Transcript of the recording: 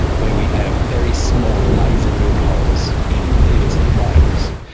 where we have very small laser drilled holes in pvc pipes.